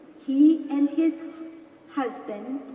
he and his husband,